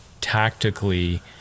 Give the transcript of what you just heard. tactically